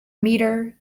meter